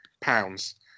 pounds